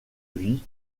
vie